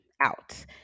out